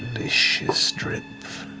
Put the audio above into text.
delicious drip.